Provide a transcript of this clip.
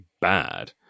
bad